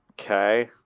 Okay